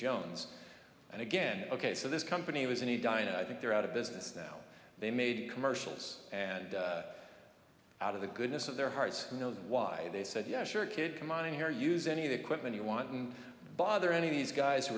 jones and again ok so this company was in a diner i think they're out of business now they made commercials and out of the goodness of their hearts you know why they said yeah sure kid come on in here use any of the equipment you want to bother any of these guys who